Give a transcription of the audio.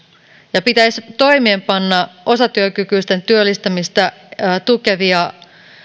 ja pitäisi toimeenpanna osatyökykyisten työllistämistä tukevia